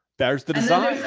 there's the design!